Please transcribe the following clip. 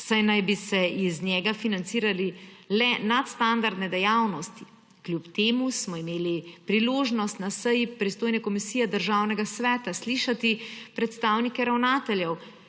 saj naj bi se iz njega financirale le nadstandardne dejavnosti. Kljub temu smo imeli priložnost na seji pristojne komisije Državnega sveta slišati predstavnike ravnateljev,